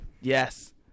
Yes